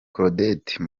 claudette